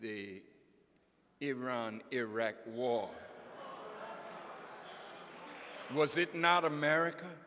the iran iraq war was it not america